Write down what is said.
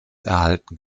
erhalten